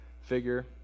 figure